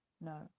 No